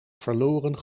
verloren